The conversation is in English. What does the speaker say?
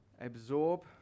absorb